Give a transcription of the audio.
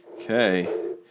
Okay